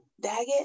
Daggett